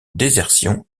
désertion